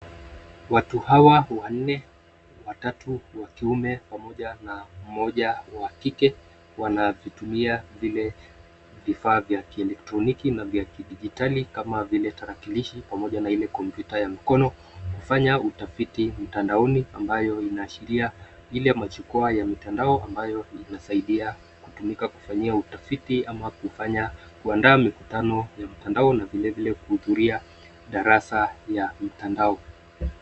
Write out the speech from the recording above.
Watu hawa wanne, watatu wa kiume pamoja na mmoja wa kike wanavitumia vile vifaa vya kielektroniki na vya kidijitali kama vile tarakilishi pamoja na ile kompyuta ya mkono, kufanya utafiti mtandaoni ambayo inaashiria ile majukwaa ya mitandao ambayo inasaidia kutumika kufanyia utafiti ama kuandaa mikutano ya mtandao vilevile kuhudhuria darasa ya mtandao.